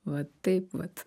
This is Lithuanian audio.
va taip vat